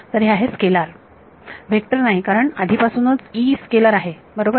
तर हे आहे स्केलार व्हेक्टर नाही कारण आधीपासूनच स्केलार आहे बरोबर